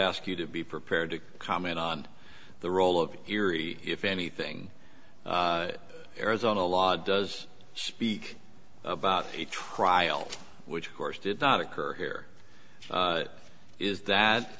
asked you to be prepared to comment on the role of erie if anything arizona law does speak about a trial which of course did not occur here is that